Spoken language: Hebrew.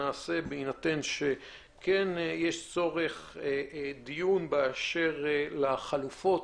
בהינתן שיש צורך בדיון באשר לחלופות,